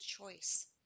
choice